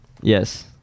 Yes